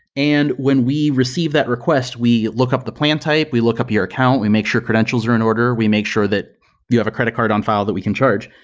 and when we receive that request, we look up the plan type. we look up your account. we make sure credentials are in order. we make sure that you have a credit card on file that we can charge.